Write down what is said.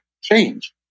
change